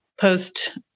post